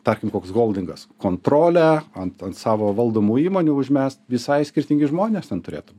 tarkim koks holdingas kontrolę ant ant savo valdomų įmonių užmest visai skirtingi žmonės ten turėtų